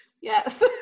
Yes